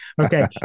Okay